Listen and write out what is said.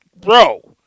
bro